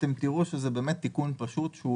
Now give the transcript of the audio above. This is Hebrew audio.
אתם תראו שזה באמת תיקון פשוט.